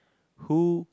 who